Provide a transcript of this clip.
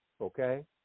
Okay